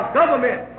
government